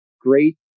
great